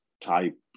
type